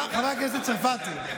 חברת הכנסת צרפתי,